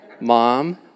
Mom